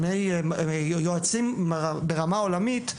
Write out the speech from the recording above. יועצים ברמה עולמית,